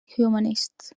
humanist